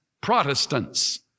Protestants